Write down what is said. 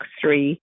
three